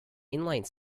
inline